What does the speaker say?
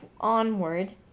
onward